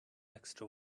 extra